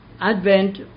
Advent